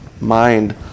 mind